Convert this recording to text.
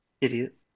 idiot